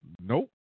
Nope